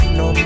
no